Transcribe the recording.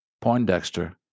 Poindexter